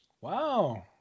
wow